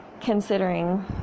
considering